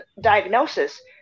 diagnosis